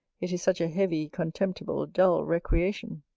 it is such a heavy, contemptible, dull recreation.